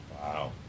Wow